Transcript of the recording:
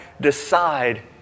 decide